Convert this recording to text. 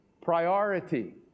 priority